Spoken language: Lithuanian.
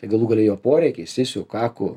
tai galų gale jo poreikiai sisiu kaku